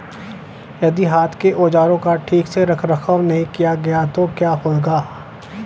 यदि हाथ के औजारों का ठीक से रखरखाव नहीं किया गया तो क्या होगा?